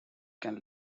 can